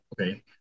okay